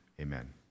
Amen